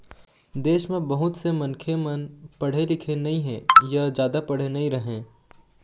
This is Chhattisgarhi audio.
देश म बहुत से मनखे मन पढ़े लिखे नइ हे य जादा पढ़े नइ रहँय